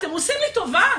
אתם עושים לי טובה?